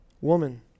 woman